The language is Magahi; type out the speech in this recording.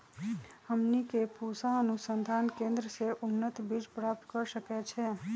हमनी के पूसा अनुसंधान केंद्र से उन्नत बीज प्राप्त कर सकैछे?